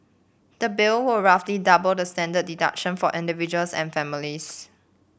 the bill would roughly double the standard deduction for individuals and families